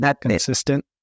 Consistent